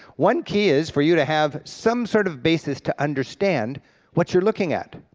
one key is for you to have some sort of basis to understand what you're looking at,